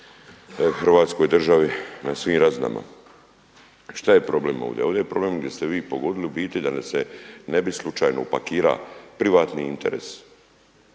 Hrvatskoj državi na svim razinama. Šta je problem ovdje? Ovdje je problem koji ste vi pogodili da nam se ne bi slučajno upakirao privatni interes